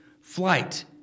flight